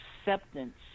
acceptance